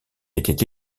était